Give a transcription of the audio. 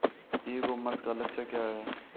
ई commerce का लक्ष्य क्या है?